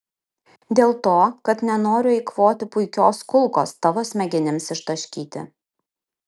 dėl to kad nenoriu eikvoti puikios kulkos tavo smegenims ištaškyti